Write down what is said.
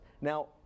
Now